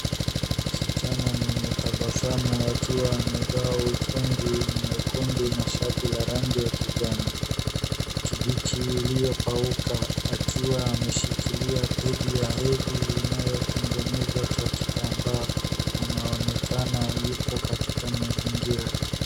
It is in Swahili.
Msichana mwenye tabasamu akiwa amevaa uchungi mwekundu na shati la rangi ya kijani kibichi iliyokauka akiwa ameshikilia pedi ya hedhi inayotengenezwa kwa kitambaa. Anaonekana yupo katika mazingira...